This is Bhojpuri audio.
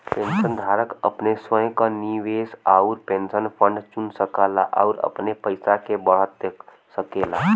पेंशनधारक अपने स्वयं क निवेश आउर पेंशन फंड चुन सकला आउर अपने पइसा के बढ़त देख सकेला